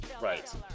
Right